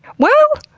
well,